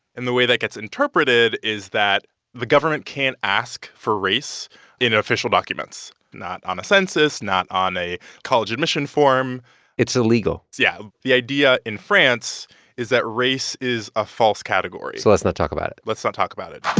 and the way that gets interpreted is that the government can't ask for race in official documents not on a census, not on a college admission form it's illegal yeah. the idea in france is that race is a false category so let's not talk about it let's not talk about it